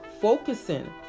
focusing